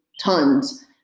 tons